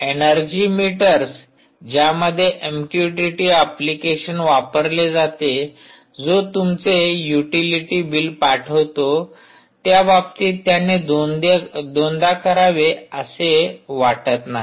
energy meters ज्यामध्ये MQTT application वापरले जाते जो तुमचे युटिलिटी बिल पाठवतो त्या बाबतीत त्याने दोनदा करावे असे वाटत नाही